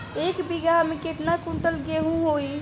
एक बीगहा में केतना कुंटल गेहूं होई?